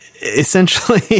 essentially